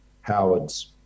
Howard's